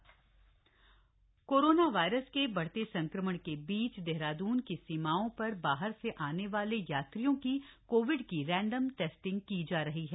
corona प्रदेश corona virus के बढ़ते संक्रमण के बीच देहराद्रन की सीमाओं पर बाहर से आने वाले यात्रियों की कोविड की रैंडम टेस्टिंग की जा रही है